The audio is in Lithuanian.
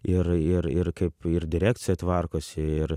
ir ir ir kaip ir direkcija tvarkosi ir